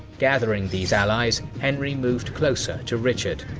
gathering these allies, henry moved closer to richard.